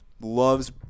loves